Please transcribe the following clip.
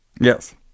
Yes